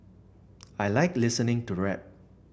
I like listening to rap